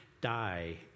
die